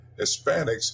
Hispanics